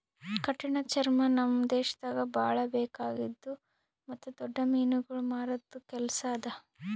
ಕಠಿಣ ಚರ್ಮ ನಮ್ ದೇಶದಾಗ್ ಭಾಳ ಬೇಕಾಗಿದ್ದು ಮತ್ತ್ ದೊಡ್ಡ ಮೀನುಗೊಳ್ ಮಾರದ್ ಕೆಲಸ ಅದಾ